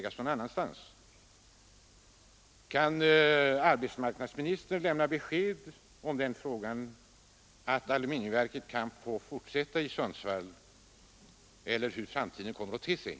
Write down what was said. Kan arbetsmarknadsministern lämna ett besked om det och om hur framtiden kommer att te sig?